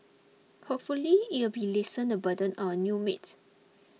hopefully it'll be lessen the burden on our new maid